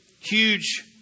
huge